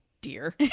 dear